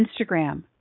Instagram